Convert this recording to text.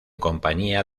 compañía